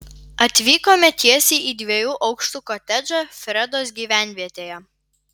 atvykome tiesiai į dviejų aukštų kotedžą fredos gyvenvietėje